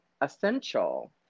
essential